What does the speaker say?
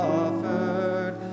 offered